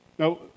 Now